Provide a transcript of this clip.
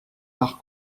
par